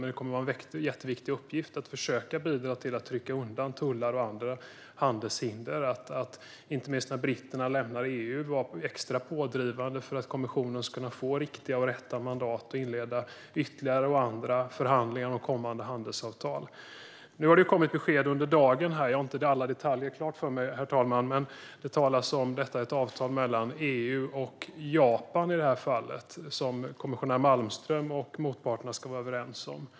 Men det kommer att vara en jätteviktig uppgift att försöka bidra till att trycka undan tullar och andra handelshinder och, inte minst när britterna lämnar EU, att vara extra pådrivande för att kommissionen ska få rätt mandat att inleda ytterligare och andra förhandlingar om kommande handelsavtal. Jag har inte alla detaljer klara för mig, herr talman, men det talas om att det har kommit ett besked under dagen om ett avtal mellan EU och Japan, som kommissionär Malmström och motparterna ska vara överens om.